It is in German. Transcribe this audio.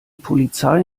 polizei